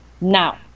Now